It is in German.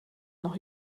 noch